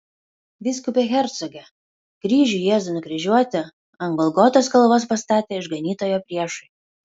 vyskupe hercoge kryžių jėzui nukryžiuoti ant golgotos kalvos pastatė išganytojo priešai